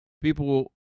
people